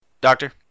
Doctor